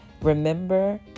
Remember